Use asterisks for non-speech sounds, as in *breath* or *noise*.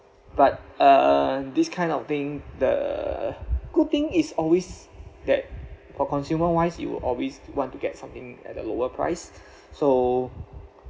but uh this kind of thing the good thing is always that for consumer wise you will always want to get something at a lower price *breath* so